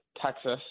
Texas